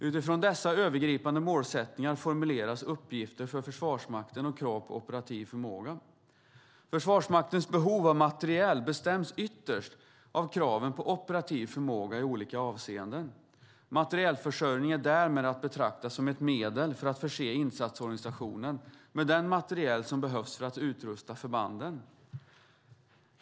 Utifrån dessa övergripande målsättningar formuleras uppgifter för Försvarsmakten och krav på operativ förmåga. Försvarsmaktens behov av materiel bestäms ytterst av kraven på operativ förmåga i olika avseenden. Materielförsörjningen är därmed att betrakta som ett medel för att förse insatsorganisationen med den materiel som behövs för att utrusta förbanden.